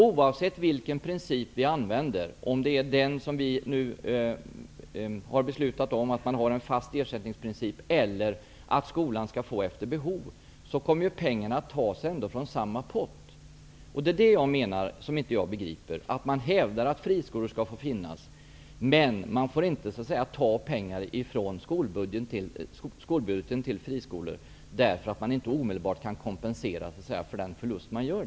Oavsett vilken princip man tillämpar -- en fast ersättning eller ersättning efter behov -- kommer pengarna ändå att tas från samma pott. Det är det som jag inte begriper. Man hävdar att friskolor skall få finnas, men att de inte skall bekostas med pengar från skolbudgeten, eftersom de inte omedelbart kan kompenseras för de förluster som görs.